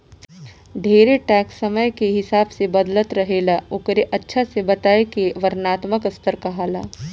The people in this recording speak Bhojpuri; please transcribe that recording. ढेरे टैक्स समय के हिसाब से बदलत रहेला ओकरे अच्छा से बताए के वर्णात्मक स्तर कहाला